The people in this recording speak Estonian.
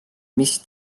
mis